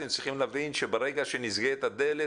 אתם צריכים להבין שברגע שנסגרת הדלת,